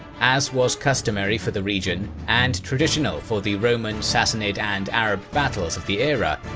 as was customary for the region and traditional for the roman, sassanid and arab battles of the era,